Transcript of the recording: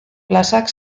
plazak